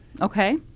Okay